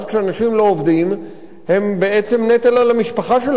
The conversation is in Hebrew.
הם בעצם נטל על המשפחה שלהם או נטל על הסובבים אותם,